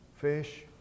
Fish